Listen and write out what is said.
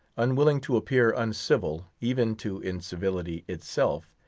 unwilling to appear uncivil even to incivility itself,